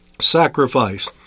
sacrifice